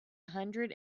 hundred